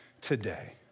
today